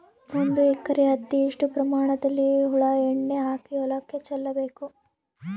ಒಂದು ಎಕರೆ ಹತ್ತಿ ಎಷ್ಟು ಪ್ರಮಾಣದಲ್ಲಿ ಹುಳ ಎಣ್ಣೆ ಹಾಕಿ ಹೊಲಕ್ಕೆ ಚಲಬೇಕು?